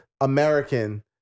American